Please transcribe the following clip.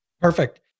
Perfect